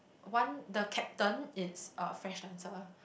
one the caption it's a fresh dancer